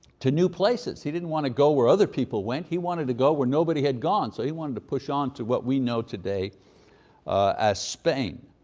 to new places. he didn't want to go where other people went. he wanted to go where nobody had gone. so he wanted to push on to what we know today as spain.